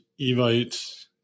evite